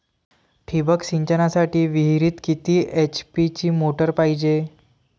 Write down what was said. ठिबक सिंचनासाठी विहिरीत किती एच.पी ची मोटार पायजे?